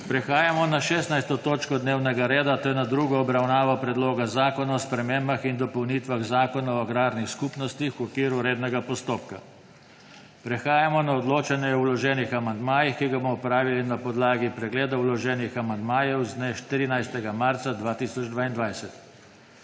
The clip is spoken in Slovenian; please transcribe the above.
Prehajamo na16. točko dnevnega reda, to je na drugo obravnavo Predloga zakona o spremembah in dopolnitvah Zakona o agrarnih skupnostih v okviru rednega postopka. Prehajamo na odločanje o vloženih amandmajih, ki ga bomo opravili na podlagi pregleda vloženih amandmajev z dne 14. marca 2022.